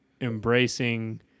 embracing